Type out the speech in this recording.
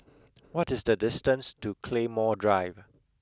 what is the distance to Claymore Drive